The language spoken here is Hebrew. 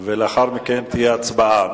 ולאחר מכן תהיה הצבעה.